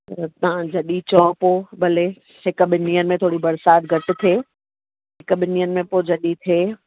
तव्हां जॾहिं चओ पोइ भले हिकु ॿिनि ॾींहनि में थोरी बरसाति घटि थिए हिकु ॿिनि ॾींहंनि में पोइ जॾहिं थिए